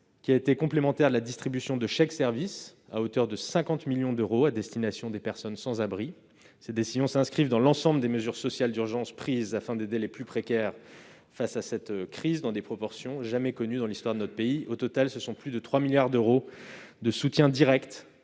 qui a été complémentaire de la distribution de chèques services à hauteur de 50 millions d'euros à destination des personnes sans abri. Ces décisions s'inscrivent dans l'ensemble des mesures sociales d'urgence prises afin d'aider les plus précaires face à la crise, dans des proportions jamais connues dans l'histoire de notre pays. Au total, elles ont représenté plus de 3 milliards d'euros de soutien direct